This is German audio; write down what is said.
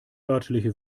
örtliche